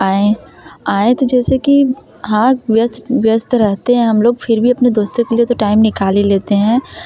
आएँ आएँ तो जैसे कि हाँ व्यस्त रहते हैं हम लोग फिर भी अपने दोस्तों के लिए तो टाइम निकाल ही लेते हैं